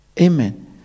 Amen